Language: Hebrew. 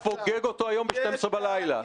אז תפוגג אותו היום ב-12 בלילה.